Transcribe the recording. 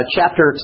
Chapter